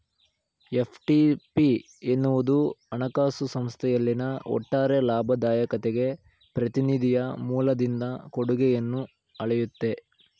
FTP ಎನ್ನುವುದು ಹಣಕಾಸು ಸಂಸ್ಥೆಯಲ್ಲಿನ ಒಟ್ಟಾರೆ ಲಾಭದಾಯಕತೆಗೆ ಪ್ರತಿನಿಧಿಯ ಮೂಲದಿಂದ ಕೊಡುಗೆಯನ್ನ ಅಳೆಯುತ್ತೆ